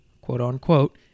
quote-unquote